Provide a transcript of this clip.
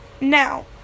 now